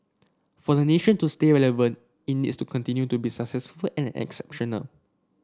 for the nation to stay relevant it needs to continue to be successful and exceptional